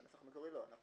בנוסח המקורי לא.